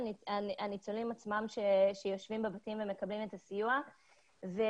הניצולים שיושבים בבתים ומקבלים את הסיוע מאוד חושדים